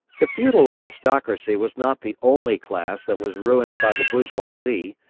the feudal aristocracy was not the only class that was ruined by the bourgeoisie,